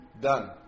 Done